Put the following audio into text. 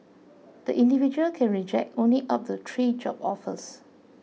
the individual can reject only up to three job offers